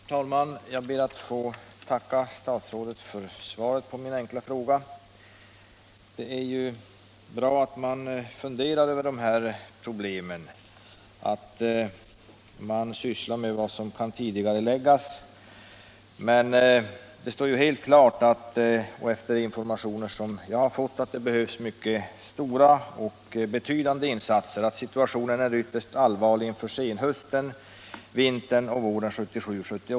Herr talman! Jag ber att få tacka statsrådet för svaret på min enkla fråga. Det är ju bra att man funderar över de här problemen och tänker på vad som kan tidigareläggas, men enligt de informationer som jag har fått står det helt klart att det behövs mycket betydande insatser. Situationen är ytterst allvarlig inför senhösten, vintern och våren 1977/78.